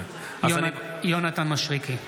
יונתן מישרקי,